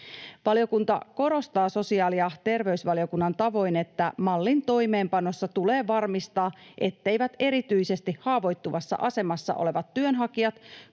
Valiokunta korostaa sosiaali- ja terveysvaliokunnan tavoin, että mallin toimeenpanossa tulee varmistaa, etteivät erityisesti haavoittuvassa asemassa olevat työnhakijat,